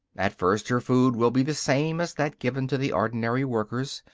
at first, her food will be the same as that given to the ordinary workers,